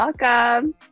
welcome